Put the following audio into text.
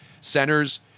centers